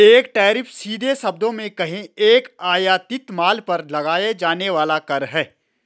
एक टैरिफ, सीधे शब्दों में कहें, एक आयातित माल पर लगाया जाने वाला कर है